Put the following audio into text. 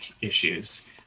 issues